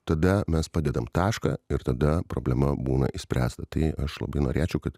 tada mes padedam tašką ir tada problema būna išspręsta tai aš labai norėčiau kad